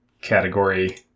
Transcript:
category